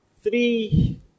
three